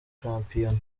shampiyona